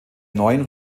neuen